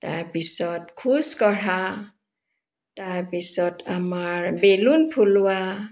তাৰপিছত খোজ কঢ়া তাৰপিছত আমাৰ বেলুন ফুলোৱা